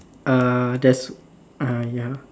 uh there's uh ya